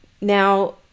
Now